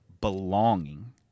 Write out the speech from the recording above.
belonging